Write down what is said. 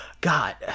God